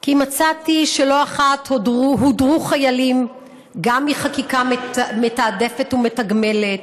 כי מצאתי שלא אחת הודרו חיילים גם מחקיקה מתעדפת ומתגמלת,